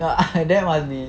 that must be